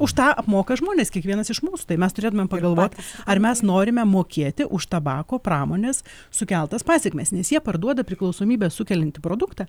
už tą apmoka žmonės kiekvienas iš mūsų tai mes turėtumėm pagalvot ar mes norime mokėti už tabako pramonės sukeltas pasekmes nes jie parduoda priklausomybę sukeliantį produktą